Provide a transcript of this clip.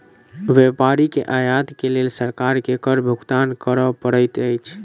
व्यापारी के आयत के लेल सरकार के कर भुगतान कर पड़ैत अछि